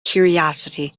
curiosity